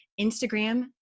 Instagram